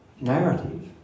narrative